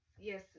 Yes